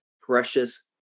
precious